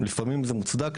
לפעמים זה מוצדק,